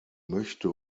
möchte